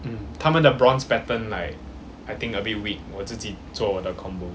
他们的 bronze pattern like I think a bit weak 我自己做我的 combo